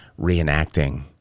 reenacting